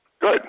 Good